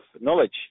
knowledge